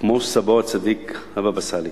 כמו סבו הצדיק הבבא סאלי.